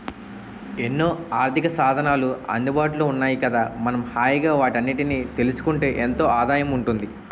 ఎన్నో ఆర్థికసాధనాలు అందుబాటులో ఉన్నాయి కదా మనం హాయిగా వాటన్నిటినీ తెలుసుకుంటే ఎంతో ఆదాయం ఉంటుంది